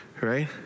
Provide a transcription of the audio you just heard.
Right